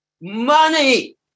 money